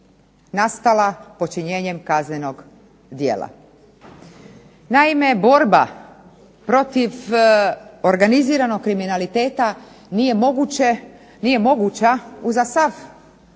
nastala počinjenjem kaznenog djela. Naime, borba protiv organiziranog kriminaliteta nije moguća uza sav